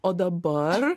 o dabar